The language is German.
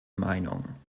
meinung